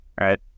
right